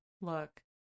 Look